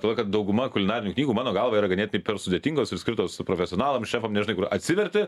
todėl kad dauguma kulinarinių knygų mano galva yra ganėtinai per sudėtingos ir skirtos su profesionalam šefam nes žinai kur atsiverti